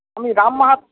আমি রাম মাহাতো